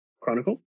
Chronicle